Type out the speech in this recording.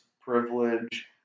privilege